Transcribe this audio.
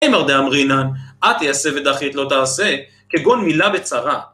אמר דה אמרינן, את יעשה ודחית לא תעשה, כגון מילה בצרה.